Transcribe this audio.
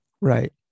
right